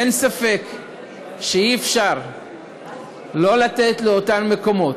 אין ספק שאי-אפשר שלא לתת לאותם מקומות,